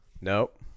Nope